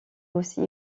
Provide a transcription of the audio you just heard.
aussi